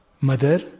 mother